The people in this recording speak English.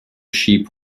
sheep